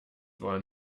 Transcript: waren